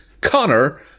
Connor